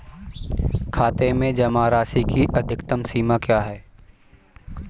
खाते में जमा राशि की अधिकतम सीमा क्या है?